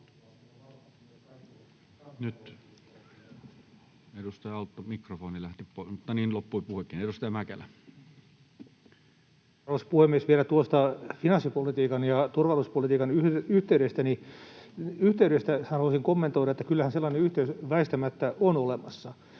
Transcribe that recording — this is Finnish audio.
Content: Arvoisa puhemies! Vielä tuosta finanssipolitiikan ja turvallisuuspolitiikan yhteydestä haluaisin kommentoida, että kyllähän sellainen yhteys väistämättä on olemassa.